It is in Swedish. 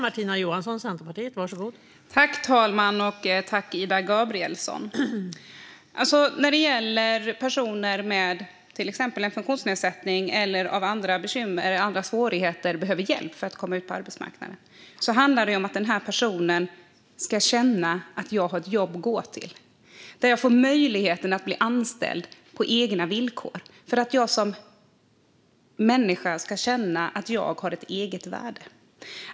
Fru talman! När personer med funktionsnedsättning eller med andra svårigheter behöver hjälp för att komma ut på arbetsmarknaden ska de känna att de har ett jobb att gå till. De ska få möjlighet att få en anställning på egna villkor. De ska känna att de har ett eget värde som människor.